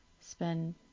spend